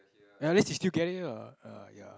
ya at least you still get it ah ya